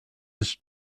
ist